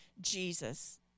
Jesus